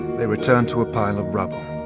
they returned to a pile of rubble.